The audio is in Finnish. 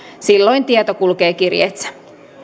silloin tieto kulkee kirjeitse